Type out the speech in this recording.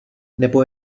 nebo